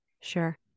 Sure